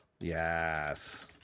Yes